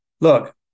look